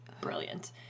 brilliant